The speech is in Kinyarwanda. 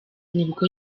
nibwo